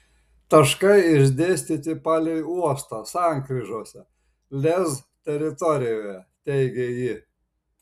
taškai išdėstyti palei uostą sankryžose lez teritorijoje teigė ji